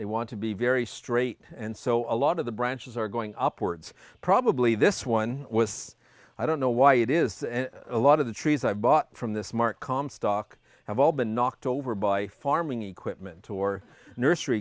they want to be very straight and so a lot of the branches are going upwards probably this one was i don't know why it is and a lot of the trees i've bought from this mark comstock have all been knocked over by farming equipment or